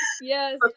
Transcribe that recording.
Yes